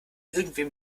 irgendwem